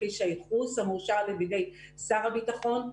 הייחוס, המאושר בידי שר הביטחון.